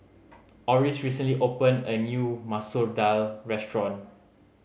Oris recently opened a new Masoor Dal restaurant